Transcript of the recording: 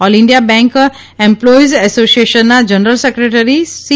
all India bank employees એસોશિએશનના general secretary C